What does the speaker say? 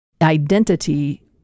Identity